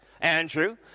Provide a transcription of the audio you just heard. Andrew